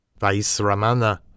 Vaisramana